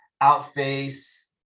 Outface